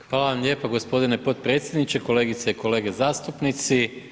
Hvala vam lijepo gospodine potpredsjedniče, kolegice i kolege zastupnici.